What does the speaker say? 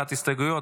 הנמקת הסתייגויות,